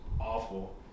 awful